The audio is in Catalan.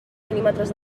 mil·límetres